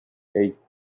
hey